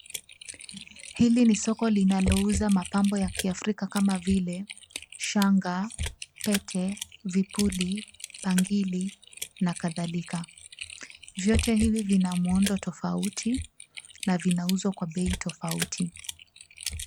Hili ni soko linalouza mapambo ya kiafrika kama vile, shanga, pete, vipuli, bangili, na kadhalika. Vyote hivi vina muundo tofauti, na vinauzwa kwa bei tofauti.